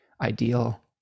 ideal